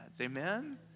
Amen